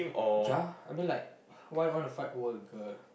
ya I mean like why want fight over a girl